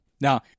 Now